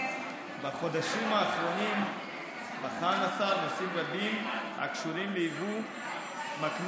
בחודשים האחרונים בחן השר נושאים רבים הקשורים ליבוא מקנה,